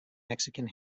mexican